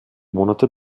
monate